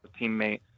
teammate